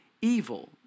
evil